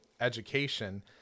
education